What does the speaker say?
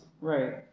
Right